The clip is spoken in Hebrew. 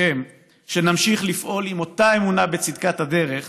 שנמשיך לפעול באותה אמונה בצדקת הדרך